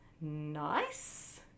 nice